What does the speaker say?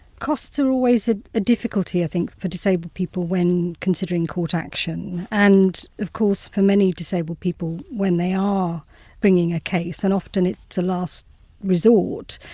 costs are always ah a difficulty i think for disabled people when considering court action. and, of course, for many disabled people when they are bringing a case, and often it's a last resort,